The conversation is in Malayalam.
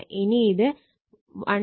ഇനി ഇത് 123